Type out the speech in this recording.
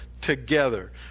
together